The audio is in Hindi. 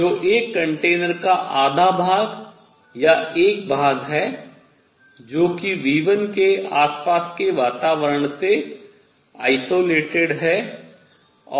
जो एक कंटेनर का आधा भाग या एक भाग है जो कि V1 के आसपास के वातावरण से विलगित है